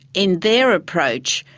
in their approach,